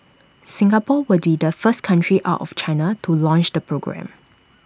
Singapore will be the first country out of China to launch the programme